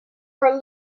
are